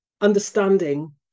understanding